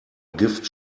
gift